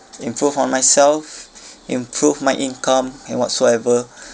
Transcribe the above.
improve on myself improve my income and whatsoever